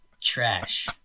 trash